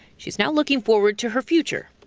she's now looking forward to her future.